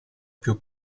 più